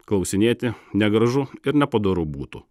klausinėti negražu ir nepadoru būtų